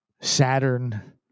Saturn